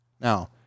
now